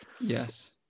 Yes